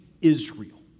Israel